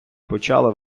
почала